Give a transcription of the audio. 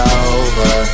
over